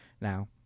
Now